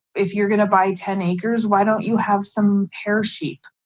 if you're gonna buy ten acres, why don't you have some hair sheep,